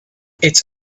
its